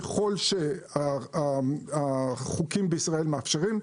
ככל שהחוקים בישראל מאפשרים.